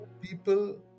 people